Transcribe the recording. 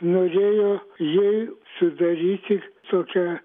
norėjo jai sudaryti tokią